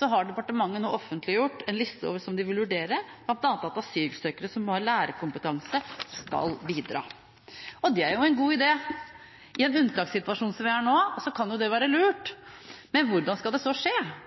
har departementet nå offentliggjort en liste de vil vurdere, bl.a. at asylsøkere som har lærerkompetanse, skal bidra. Det er jo en god idé. I en unntakssituasjon som vi har nå, kan det være lurt. Men hvordan skal det så skje?